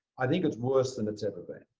i think it's worse than it's ever been.